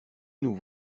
nous